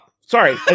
Sorry